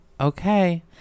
Okay